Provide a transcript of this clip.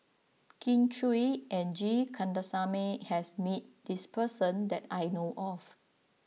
Kin Chui and G Kandasamy has met this person that I know of